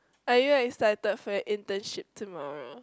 are you excited for your internship tomorrow